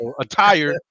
attire